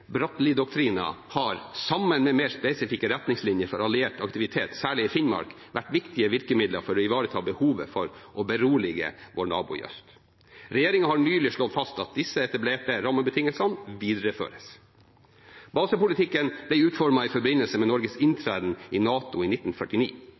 Bratteli-doktrinen, har, sammen med mer spesifikke retningslinjer for alliert aktivitet, særlig i Finnmark, vært viktige virkemidler for å ivareta behovet for å berolige vår nabo i øst. Regjeringen har nylig slått fast at disse etablerte rammebetingelsene videreføres. Basepolitikken ble utformet i forbindelse med Norges